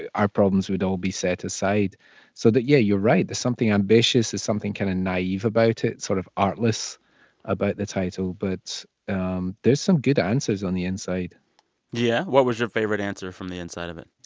our problems would all be set aside so that, yeah, you're right. there's something ambitious. there's something kind of naive about it sort of artless about the title. but um there's some good answers on the inside yeah, what was your favorite answer from the inside of it?